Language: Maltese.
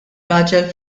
raġel